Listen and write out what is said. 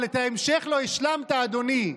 אבל את ההמשך לא השלמת, אדוני: